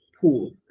pool